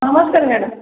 ନମସ୍କାର ମ୍ୟାଡ଼ମ୍